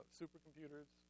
supercomputers